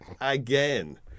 again